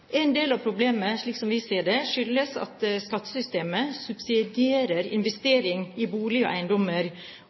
En del av problemet, slik vi ser det, skyldes at skattesystemet subsidierer investeringer i boliger og eiendommer,